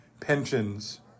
pensions